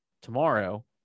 tomorrow